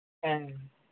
ꯎꯝ